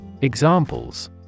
Examples